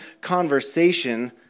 conversation